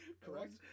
correct